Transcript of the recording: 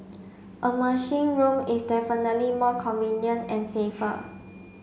a machine room is definitely more convenient and safer